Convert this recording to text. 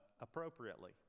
appropriately